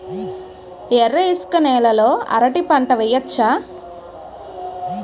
ఎర్ర ఇసుక నేల లో అరటి పంట వెయ్యచ్చా?